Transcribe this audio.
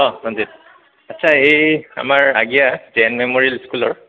অঁ মঞ্জিত আচ্ছা এই আমাৰ আগিয়া জেন মেম'ৰিয়েল স্কুলৰ